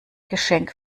geschenk